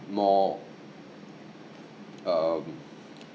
more um